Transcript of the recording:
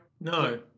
No